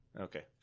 Okay